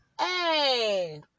Hey